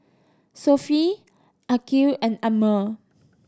Sofea Aqil and Ammir